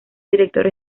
director